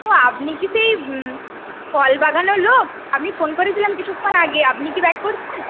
ও আপনি কি সেই কল বাগানোর লোক আমি ফোন করেছিলাম কিছুক্ষণ আগে আপনি কি ব্যাক করছেন